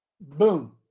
Boom